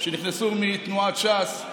שנכנסו מתנועת ש"ס,